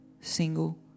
single